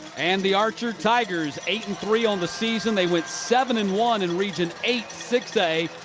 and the archer tigers eight and three on the season. they went seven and one in region eight six a.